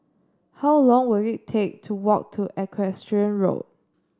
how long will it take to walk to Equestrian Walk